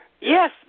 Yes